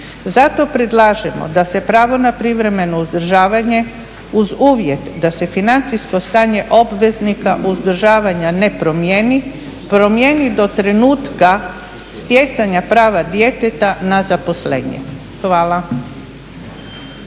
Zato predlažemo da se pravio na privremeno uzdržavanje uz uvjet da se financijsko stanje obveznika uzdržavanja ne promijeni, promijeni do trenutka stjecanja prava djeteta na zaposlenje. Hvala.